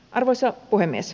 arvoisa puhemies